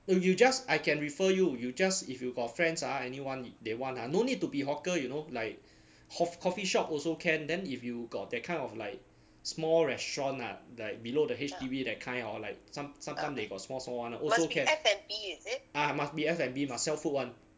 if you just I can refer you you just if you got friends ah anyone they want ah no need to be hawker you know like cof~ coffee shop also can then if you got that kind of like small restaurant ah the below the H_D_B that kind orh like some sometime they got stall [one] also can ah must be F&B must sell food [one]